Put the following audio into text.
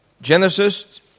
Genesis